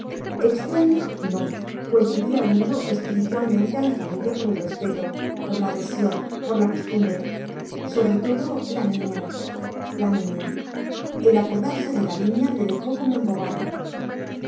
extraño no pues vivía unido espiritualmente a la familia por el respeto por la adhesión por la costumbre sobre todo la niña la niña el acordarse de la niña le dejó como embobado